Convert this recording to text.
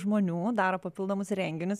žmonių daro papildomus renginius